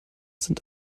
sind